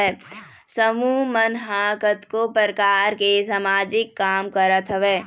समूह मन ह कतको परकार के समाजिक काम करत हवय